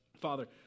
Father